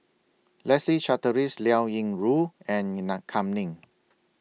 Leslie Charteris Liao Yingru and in nut Kam Ning